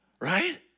right